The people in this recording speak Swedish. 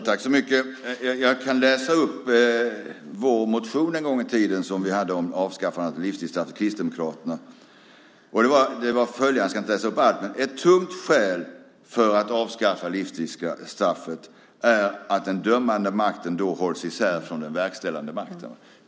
Fru talman! Jag kan tala om vad vi kristdemokrater en gång i tiden skrev i vår motion om avskaffande av livstidsstraffet. Vi skrev där bland annat: Ett tungt skäl för att avskaffa livstidsstraffet är att den dömande makten då hålls isär från den verkställande makten.